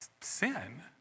Sin